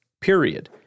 period